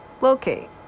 locate